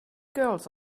girls